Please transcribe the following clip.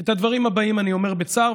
את הדברים הבאים אני אומר בצער,